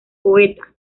poeta